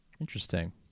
Interesting